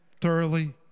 thoroughly